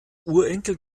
urenkel